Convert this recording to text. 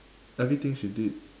everything she did